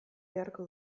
beharko